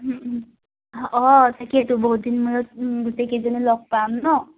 অঁ তাকেইতো বহুত দিন মূৰত গোটেই কেইজনী লগ পাম ন